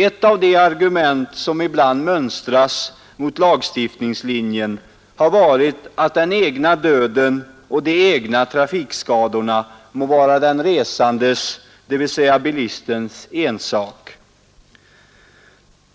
Ett av de argument som ibland mönstras mot lagstiftningslinjen har varit att den egna döden och de egna trafikskadorna må vara den resandes, dvs. bilistens, ensak.